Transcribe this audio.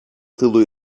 тылу